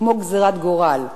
כמו גזירת גורל,